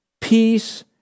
peace